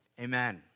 Amen